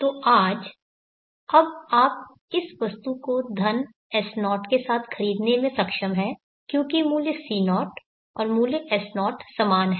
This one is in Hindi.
तो आज अब आप इस वस्तु को धन S0 के साथ खरीदने में सक्षम हैं क्योंकि मूल्य C0 और मूल्य S0 समान हैं